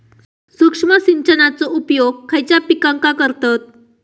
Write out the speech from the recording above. सूक्ष्म सिंचनाचो उपयोग खयच्या पिकांका करतत?